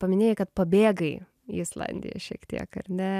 paminėjai kad pabėgai į islandiją šiek tiek ar ne